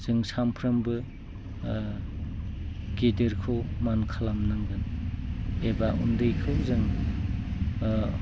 जों सानफ्रोमबो गिदिरखौ मान खालामनांगोन एबा उन्दैखौ जों